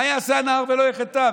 מה יעשה הנער ולא יחטא?